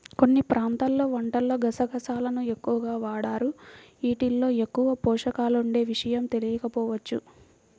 కొన్ని ప్రాంతాల్లో వంటల్లో గసగసాలను ఎక్కువగా వాడరు, యీటిల్లో ఎక్కువ పోషకాలుండే విషయం తెలియకపోవచ్చు